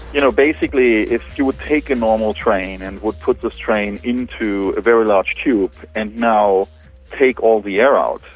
you know basically if you would take a normal train and would put this train into a very large tube, and now take all the air out,